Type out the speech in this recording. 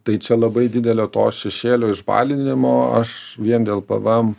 tai čia labai didelio to šešėlio išbalinimo aš vien dėl pvm